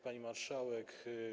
Pani Marszałek!